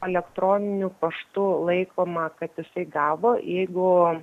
elektroniniu paštu laikoma kad jisai gavo jeigu